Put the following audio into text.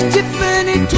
Tiffany